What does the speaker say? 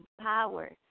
power